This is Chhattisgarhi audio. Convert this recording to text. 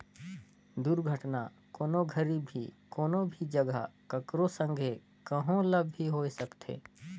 दुरघटना, कोनो घरी भी, कोनो भी जघा, ककरो संघे, कहो ल भी होए सकथे